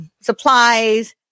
supplies